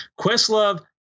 Questlove